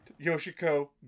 Yoshiko